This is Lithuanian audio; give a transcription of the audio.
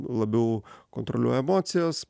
labiau kontroliuoja emocijas